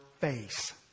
face